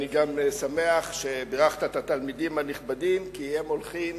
אני גם שמח שהדרכת את התלמידים הנכבדים כי הם הולכים